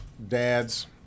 dads